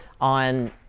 on